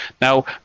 Now